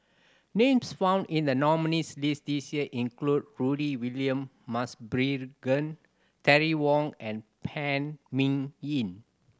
names found in the nominees' list this year include Rudy William Mosbergen Terry Wong and Phan Ming Yen